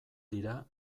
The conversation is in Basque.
dira